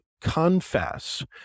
confess